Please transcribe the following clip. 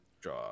draw